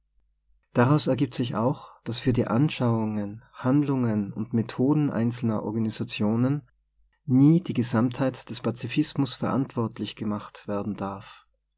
daraus ergibt sich auch daß für die an schauungen handlungen und methoden einzelner organisationen nie die gesamtheit des pazifis mus verantwortlich gemacht werden darf